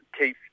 keith